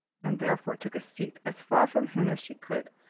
and therefore took a seat as far from him as she could,